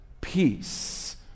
peace